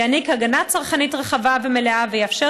יקנה הגנה צרכנית רחבה ומלאה ויאפשר